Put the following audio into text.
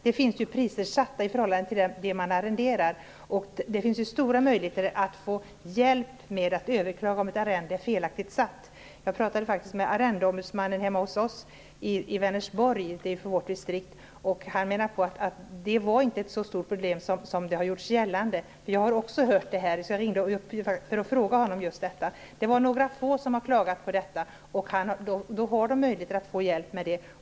Det finns priser satta i förhållande till det man arrenderar. Det finns stora möjligheter att få hjälp med att överklaga om ett arrende är felaktigt satt. Jag pratade med arrendeombudsmannen för vårt distrikt hemma hos oss i Vänersborg. Han menade på att det inte var ett så stort problem som har gjorts gällande. Också jag har hört detta, och jag ringde upp honom för att fråga om just det. Det är några få som har klagat. Man har då möjlighet att få hjälp med det.